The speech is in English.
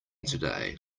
today